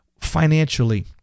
financially